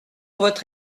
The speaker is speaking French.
votre